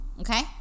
okay